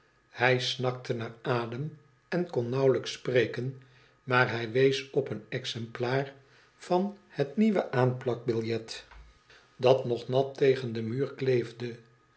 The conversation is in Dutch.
hij snakte naar adem en kon nauwelijks spreken maar hij wees op een exemplaar van het nieuwe aanplakbiljet dat nog nat tegen den muur kleefde